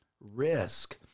risk